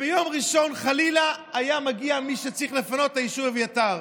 וביום ראשון חלילה היה מגיע מי שצריך לפנות את היישוב אביתר,